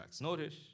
Notice